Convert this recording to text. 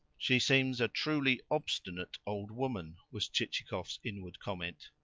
she seems a truly obstinate old woman! was chichikov's inward comment.